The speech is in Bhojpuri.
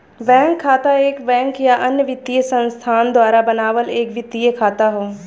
बैंक खाता एक बैंक या अन्य वित्तीय संस्थान द्वारा बनावल एक वित्तीय खाता हौ